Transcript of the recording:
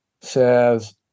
says